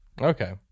Okay